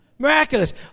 Miraculous